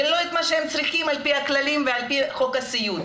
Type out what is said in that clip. ולא את מה שהם צריכים על פי הכללים ועל פי חוק הסיעוד.